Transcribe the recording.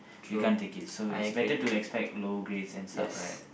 you can't take it so it's better to expect low grade and stuff right